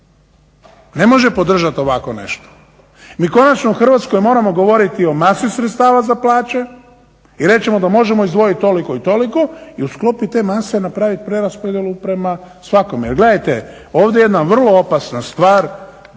Ne može podržat ovako nešto. Mi konačno u Hrvatskoj moramo govoriti o masi sredstava za plaće i reći ćemo da možemo izdvojit toliko i toliko i u sklopi te mase napraviti prijelaz koji djeluje prema svakome. Jer gledajte ovdje je jedna vrlo opasna stvar,